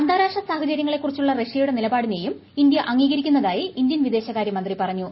അന്താരാഷ്ട്ര സാഹചര്യങ്ങളെക്കുറിച്ചുള്ള റഷ്യയുടെ നിലപാടിനെയും ഇന്ത്യ അംഗീകരിക്കുന്നതായി ഇന്ത്യൻ വിദേശ കാര്യമന്ത്രി പറഞ്ഞു